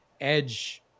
edge